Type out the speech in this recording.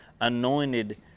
anointed